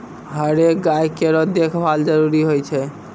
हरेक गाय केरो देखभाल जरूरी होय छै